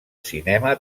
cinema